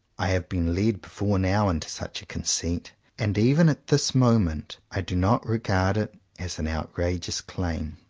i have been led, before now, into such a conceit and even at this moment i do not regard it as an outrageous claim.